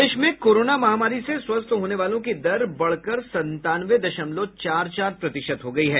प्रदेश में कोरोना महामारी से स्वस्थ होने वालों की दर बढ़कर संतानवे दशमलव चार चार प्रतिशत हो गई है